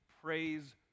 Praise